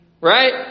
right